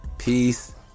Peace